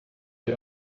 die